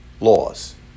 laws